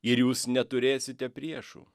ir jūs neturėsite priešų